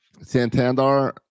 Santander